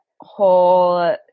whole